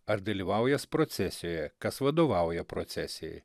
ar dalyvaująs procesijoje kas vadovauja procesijai